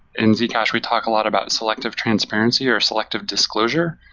in zcash, we talk a lot about selective transparency, or selective disclosure,